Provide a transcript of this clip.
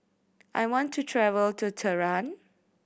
I want to travel to Tehran